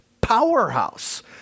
powerhouse